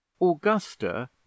augusta